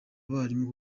abarimu